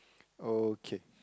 okay